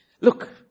Look